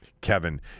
Kevin